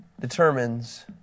determines